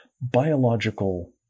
biological